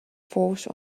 force